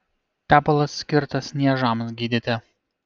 tepalas skirtas niežams gydyti